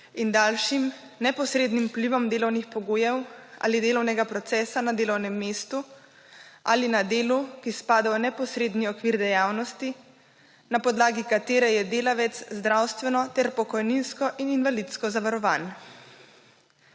in daljšim, neposrednim vplivom delovnih pogojev ali delovnega procesa na delovnem mestu ali na delu, ki spada v neposredni okvir dejavnosti, na podlagi katere je delavec zdravstveno ter pokojninsko in invalidsko zavarovan.